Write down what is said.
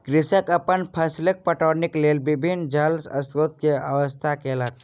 कृषक अपन फसीलक पटौनीक लेल विभिन्न जल स्रोत के व्यवस्था केलक